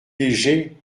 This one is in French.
légers